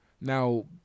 Now